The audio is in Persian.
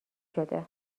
شده